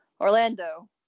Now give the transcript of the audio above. Orlando